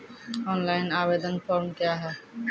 Online आवेदन form क्या हैं?